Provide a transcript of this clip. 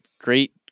great